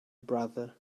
brother